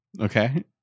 Okay